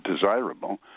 desirable